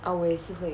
ah 我也是会